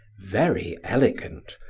very elegant,